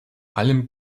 allem